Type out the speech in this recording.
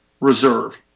reserve